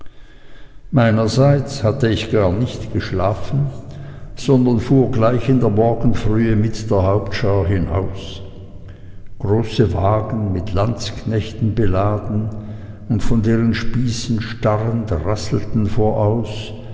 meinerseits hatte ich gar nicht geschlafen sondern fuhr gleich in der morgenfrühe mit der hauptschar hinaus große wagen mit landsknechten beladen und von deren spießen starrend rasselten voraus